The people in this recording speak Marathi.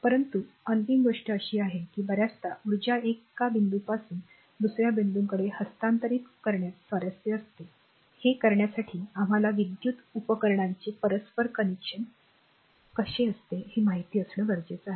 परंतु अंतिम गोष्ट अशी आहे की बर्याचदा ऊर्जा एका बिंदूपासून दुसर्या बिंदूकडे हस्तांतरित करण्यात स्वारस्य असते हे करण्यासाठी आम्हाला विद्युत उपकरणांचे परस्पर कनेक्शन आवश्यक आहे